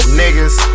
niggas